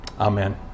Amen